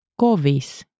Kovis